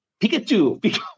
Pikachu